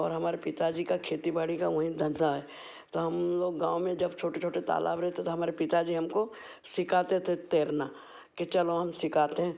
और हमारे पिताजी का खेती बाड़ी का वहीं पे धंधा है तो हम लोग गाँव में जब छोटे छोटे तालाब रहते तो हमारे पिताजी हमको सिखाते थे तैरना कि चलो हम सिखाते हैं